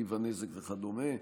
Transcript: טיב הנזק וכדומה.